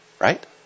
Right